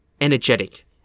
energetic